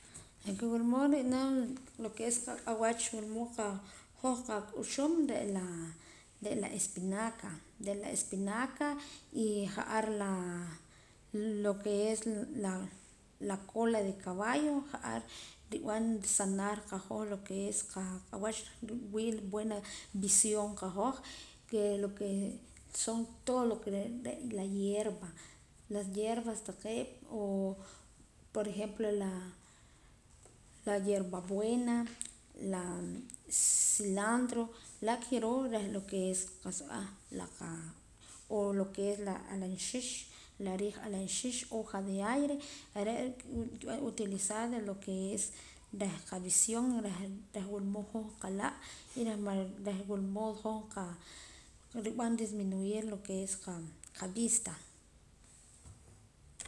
Lo que wula mood re' naam lo que es qaq'awach wula mood hoj qak'uxuum re' la re' la espinaca re' la espinaca y ja'ar la lo que es la cola de caballo ja'ar rib'an sanar qahoj lo que es qaq'awach riwii' buena visión qahoj que son todo lo que re' re' la hierba las hierbas taqee' o por ejemplo la la hierba buena la cilantro la kiroo reh lo que es qa'sa b'eh la qa o lo que es la alaanxix la riij alaanxix hoja de aire kib'an utilizar lo que es reh que visión reh wula mood hoj nqa' laa' reh wula mood hoj qa rib'an disminuir qavista.